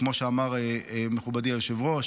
כמו שאמר מכובדי היושב-ראש,